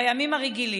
בימים הרגילים.